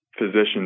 physicians